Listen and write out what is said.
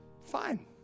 Fine